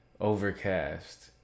Overcast